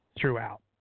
throughout